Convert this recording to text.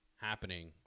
happening